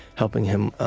helping him